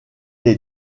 est